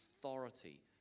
authority